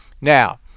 now